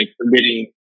committing